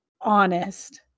honest